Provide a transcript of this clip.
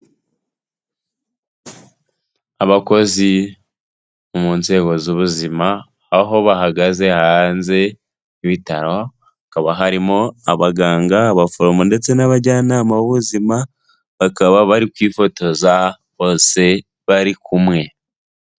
Abakozi mu nzego z'ubuzima, aho bahagaze hanze y'ibitaro hakaba harimo abaganga, abaforomo ndetse n'abajyanama b'ubuzima. Bakaba bari kwifotoza bose bari kumwe.